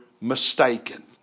mistaken